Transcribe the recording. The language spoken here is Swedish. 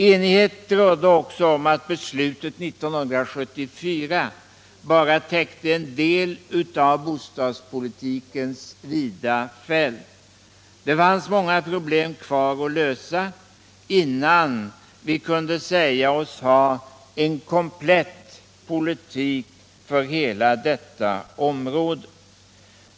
Enighet rådde också om att beslutet 1974 bara täckte en del av bostadspolitikens vida fält. Det fanns många problem kvar att lösa, innan vi kunde säga oss ha en komplett politik för hela detta område.